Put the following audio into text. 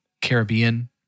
Caribbean